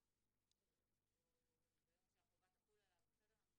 "ביום שהחובה תחול עליו".